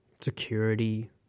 security